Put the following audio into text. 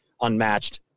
unmatched